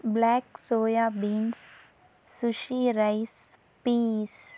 black soya beans sushi rice peas